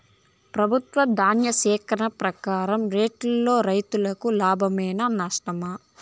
ప్రభుత్వం ధాన్య సేకరణ ప్రకారం రేటులో రైతుకు లాభమేనా నష్టమా?